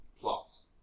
plots